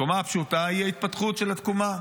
הקומה הפשוטה היא ההתפתחות של התקומה.